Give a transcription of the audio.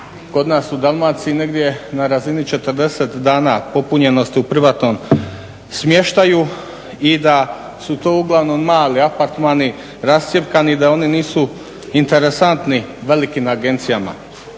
kod nas u Dalmaciji negdje na razini 40 dana popunjenosti u privatnom smještaju i da su to uglavnom mali apartmani rascjepkani i da oni nisu interesantni velikim agencijama.